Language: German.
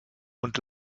und